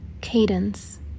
cadence